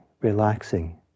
relaxing